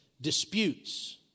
disputes